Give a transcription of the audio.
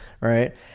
right